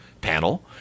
panel